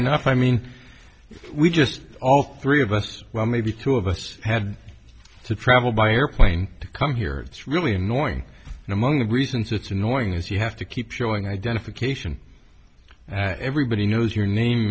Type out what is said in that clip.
enough i mean we just all three of us well maybe two of us had to travel by airplane to come here it's really annoying and among the reasons it's annoying is you have to keep showing identification everybody knows your name